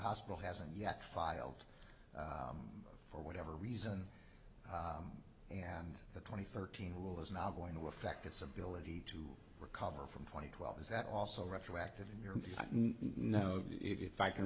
hospital hasn't yet filed for whatever reason and the twenty thirteen rule is not going to affect its ability to recover from twenty twelve is that also retroactive in your note if i can